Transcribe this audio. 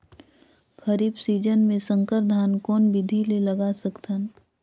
खरीफ season मे संकर धान कोन विधि ले लगा सकथन?